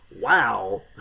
Wow